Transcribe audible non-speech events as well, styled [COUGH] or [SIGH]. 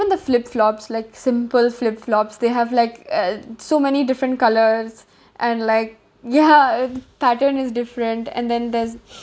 the flip flops like simple flip flops they have like uh so many different colours and like ya pattern is different and then there's [NOISE]